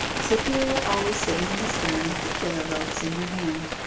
cytherea always sitting in the stern with the tiller ropes in her hand.